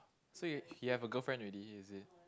so he he have a girlfriend already is it